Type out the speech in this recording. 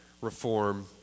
reform